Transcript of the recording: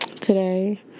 today